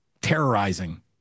terrorizing